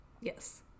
Yes